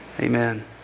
amen